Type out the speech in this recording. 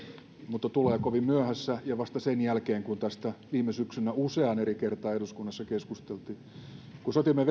mutta tulee kovin myöhässä ja vasta sen jälkeen kun tästä viime syksynä useaan eri kertaan eduskunnassa keskusteltiin kun kaikille sotiemme